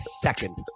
second